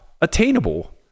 attainable